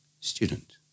Student